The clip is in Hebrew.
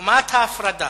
חומת ההפרדה,